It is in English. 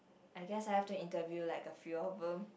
I guess I have to interview like a few boom